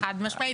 חד-משמעית.